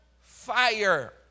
fire